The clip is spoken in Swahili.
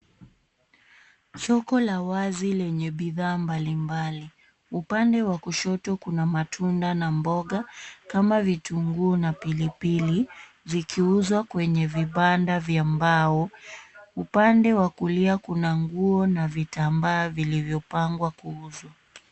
Soko la wazi lenye bidhaa mbali mbali. Upande wa kushoto kuna matunda na mboga kama vitunguu na pilipili, zikiuzwa kwenye vibanda vya mbao. Upande wa kulia kuna nguo na vitambaa vilivyopangwa kuuzwa.